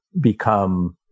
become